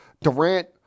Durant